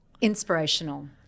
inspirational